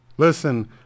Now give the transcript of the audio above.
Listen